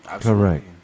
Correct